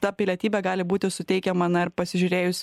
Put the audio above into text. ta pilietybė gali būti suteikiama na ir pasižiūrėjus